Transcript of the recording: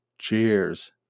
Cheers